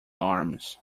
arms